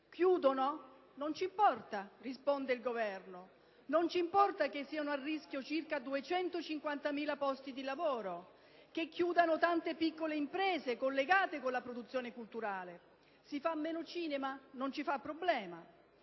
Chiudono? Non ci importa - risponde il Governo - e non ci interessa nemmeno che siano a rischio circa 250.000 posti di lavoro e chiudano tante piccole imprese collegate con la produzione culturale. Si fa meno cinema? Non c'è problema.